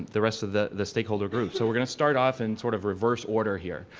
the rest of the the stakeholder group so we're gonna start off in sort of reverse order here